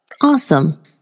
Awesome